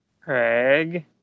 Craig